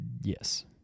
Yes